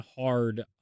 hard